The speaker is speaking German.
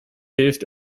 hilft